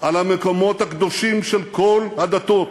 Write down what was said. על המקומות הקדושים של כל הדתות.